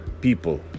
people